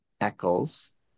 Eccles